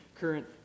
current